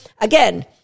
Again